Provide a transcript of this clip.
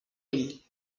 ell